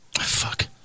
Fuck